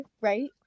right